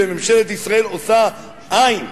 וממשלת ישראל עושה אין,